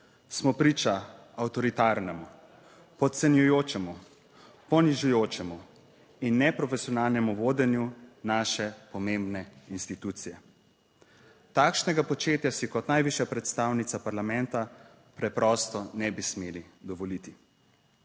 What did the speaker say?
smo priča avtoritarnemu, podcenjujočemu, ponižujočemu in neprofesionalnemu vodenju naše pomembne institucije. Takšnega početja si kot najvišja predstavnica parlamenta preprosto ne bi smeli dovoliti.